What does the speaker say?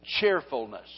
cheerfulness